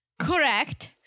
Correct